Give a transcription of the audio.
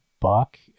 buck